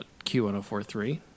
Q1043